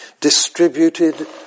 distributed